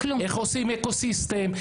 איך עושים אקו סיסטם,